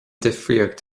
difríocht